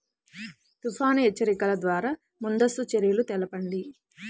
తుఫాను హెచ్చరికల ద్వార ముందస్తు చర్యలు తెలపండి?